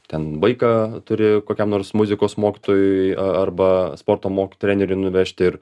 ten vaiką turi kokiam nors muzikos mokytojui a arba sporto mokyt treneriai nuvežti ir